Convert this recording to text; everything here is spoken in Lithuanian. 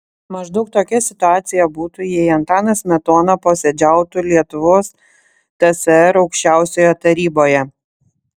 maždaug tokia situacija būtų jei antanas smetona posėdžiautų lietuvos tsr aukščiausioje taryboje